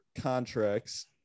contracts